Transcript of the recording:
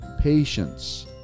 patience